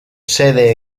sede